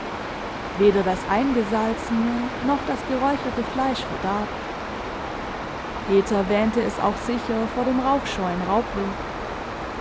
weder das eingesalzene noch das geräucherte fleisch verdarb peter wähnte es auch sicher vor dem rauchscheuen raubwild